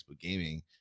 gaming